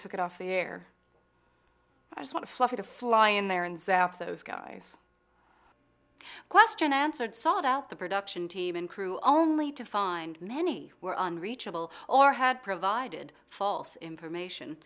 took it off the air i just want fluffy to fly in there and zaf those guys question answered sought out the production team and crew only to find many were on reachable or had provided false information